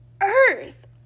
Earth